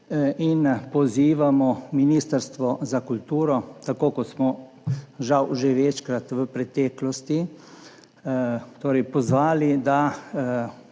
In pozivamo Ministrstvo za kulturo, tako kot smo žal že večkrat v preteklosti pozvali, da